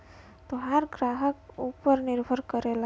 तोहार ग्राहक ऊपर निर्भर करला